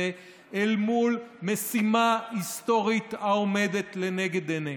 אל מול משימה היסטורית העומדת לנגד עינינו.